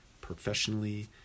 professionally